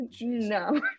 No